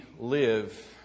live